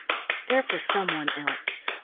they're for someone else.